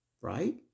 right